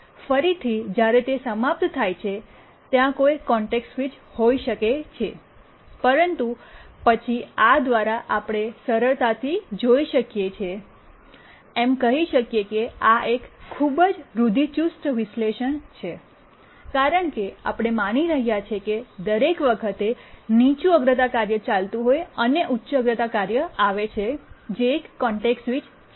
ફરીથી જ્યારે તે સમાપ્ત થાય છે ત્યાં કોઈ કોન્ટેક્સ્ટ સ્વિચ હોઈ શકે છે પરંતુ પછી આ દ્વારા આપણે સરળતાથી જોઈ શકીએ છીએ એમ કહી શકાય કે આ એક ખૂબ જ રૂઢિચુસ્ત વિશ્લેષણ છે કારણ કે આપણે માની રહ્યા છીએ કે દરેક વખતે નીચું અગ્રતા કાર્ય ચાલતું હોય અને ઉચ્ચ અગ્રતા કાર્ય આવે છે એક કોન્ટેક્સ્ટ સ્વિચ છે